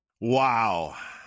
Wow